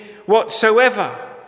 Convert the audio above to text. whatsoever